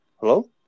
hello